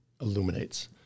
illuminates